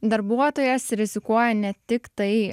darbuotojas rizikuoja ne tik tai